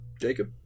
Jacob